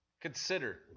Consider